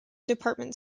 department